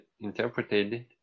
interpreted